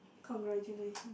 congratulations